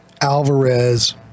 Alvarez